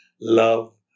love